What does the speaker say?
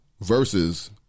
Versus